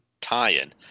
tie-in